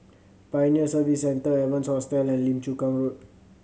Pioneer Service Centre Evans Hostel and Lim Chu Kang Road